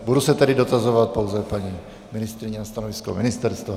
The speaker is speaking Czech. Budu se tedy dotazovat pouze paní ministryně na stanovisko ministerstva.